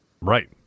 Right